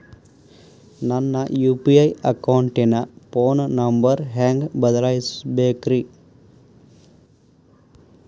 ನನ್ನ ಯು.ಪಿ.ಐ ಅಕೌಂಟಿನ phone number ಹೆಂಗ್ ಬದಲಾಯಿಸ ಬೇಕ್ರಿ?